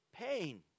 Pain